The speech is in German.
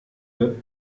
wird